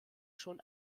schon